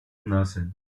nothing